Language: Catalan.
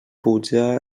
puja